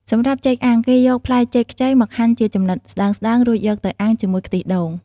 សម្រាប់ចេកអាំង គេយកផ្លែចេកខ្ចីមកហាន់ជាចំណិតស្តើងៗ រួចយកទៅអាំងជាមួយខ្ទិះដូង។